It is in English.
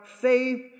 faith